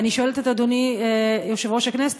ואני שואלת את אדוני יושב-ראש הכנסת: